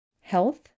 health